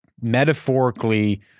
metaphorically